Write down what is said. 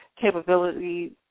capability